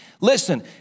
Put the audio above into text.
Listen